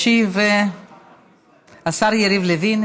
ישיב השר יריב לוין.